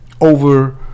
over